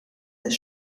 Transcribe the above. des